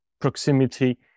proximity